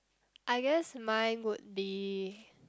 I guess mine would be